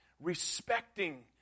respecting